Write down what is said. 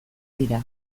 dira